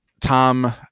tom